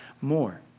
more